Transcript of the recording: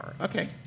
Okay